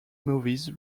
movies